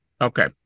Okay